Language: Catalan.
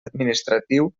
administratiu